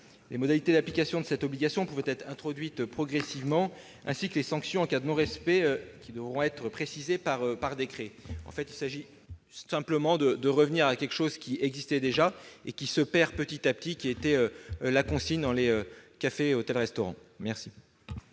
Les modalités d'application de cette obligation, qui pourra être introduite progressivement, ainsi que les sanctions en cas de non-respect, devront être précisées par décret. Il s'agit tout simplement de revenir à quelque chose qui existait et qui se perd petit à petit, à savoir la consigne dans les cafés, hôtels, restaurants. Quel